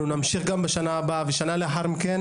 אנחנו נמשיך גם בשנה הבאה ובשנה לאחריה,